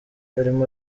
arimo